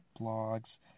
Blogs